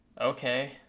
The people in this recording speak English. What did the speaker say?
Okay